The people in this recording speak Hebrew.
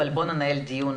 אבל בואו ננהל דיון